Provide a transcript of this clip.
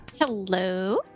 Hello